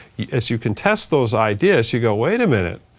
as you can test those ideas, you go, wait a minute.